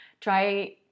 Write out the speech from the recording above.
try